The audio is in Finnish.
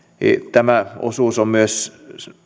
tämä osuus on myös